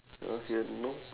because here no